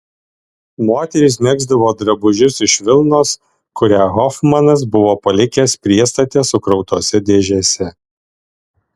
moterys megzdavo drabužius iš vilnos kurią hofmanas buvo palikęs priestate sukrautose dėžėse